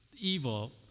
evil